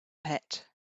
pit